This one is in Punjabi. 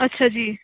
ਅੱਛਾ ਜੀ